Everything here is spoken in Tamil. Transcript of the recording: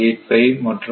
385 மற்றும்